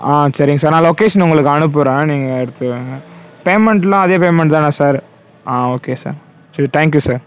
ஆ சரிங்க சார் நான் லொக்கேஷன் உங்களுக்கு அனுப்புறேன் நீங்கள் எடுத்துக்கோங்க பேமெண்ட்லாம் அதே பேமெண்ட் தானே சார் ஆ ஓகே சார் சரி தேங்க்யூ சார்